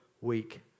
week